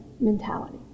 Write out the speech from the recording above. mentality